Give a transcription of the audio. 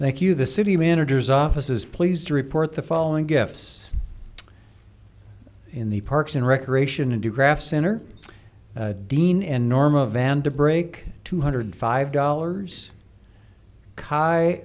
thank you the city managers office is pleased to report the following gifts in the parks and recreation and digraphs center dean and norma vander break two hundred five dollars